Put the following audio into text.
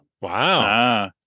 Wow